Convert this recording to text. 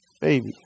baby